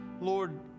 Lord